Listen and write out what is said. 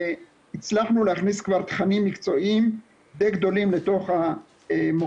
והצלחנו להכניס כבר תכנים מקצועיים די גדולים לתוך המוקד,